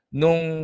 nung